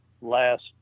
last